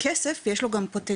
בכסף יש לו גם פוטנציאל